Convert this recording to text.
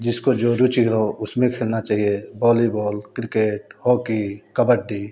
जिसको जो रुचि हो उसमें खेलना चहिए बॉलीबॉल क्रिकेट हॉकी कबड्डी